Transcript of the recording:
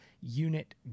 unit